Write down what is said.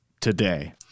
today